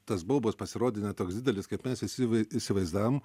tas baubas pasirodė ne toks didelis kaip mes visi vai įsivaizdavom